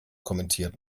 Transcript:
kommentiert